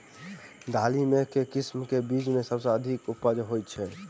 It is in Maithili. दालि मे केँ किसिम केँ बीज केँ सबसँ अधिक उपज होए छै?